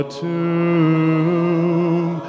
tomb